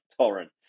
torrent